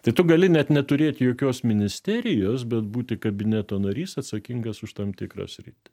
tai tu gali net neturėti jokios ministerijos bet būti kabineto narys atsakingas už tam tikrą sritį